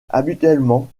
habituellement